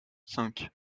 cinq